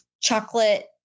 chocolate